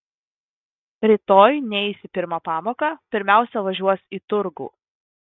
rytoj neis į pirmą pamoką pirmiausia važiuos į turgų